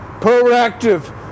Proactive